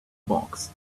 box